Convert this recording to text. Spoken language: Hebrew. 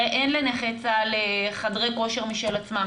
הרי אין לנכי צה"ל חדרי כושר משל עצמם,